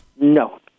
No